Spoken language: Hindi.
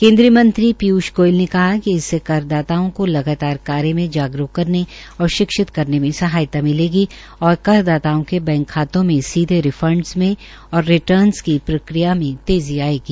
केन्द्रीय मंत्री पीयूष गोयल ने कहा कि इससे कर दाताओं को लगातार को लगातार कार्य मे जागरूक करने और शिक्षित करने में सहायता मिलेगी और कर दाताओं के बैंक खातों में सीधे रिफंडस में और रिर्टनस की प्रक्रिया मे तेज़ी आयेगी